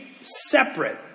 separate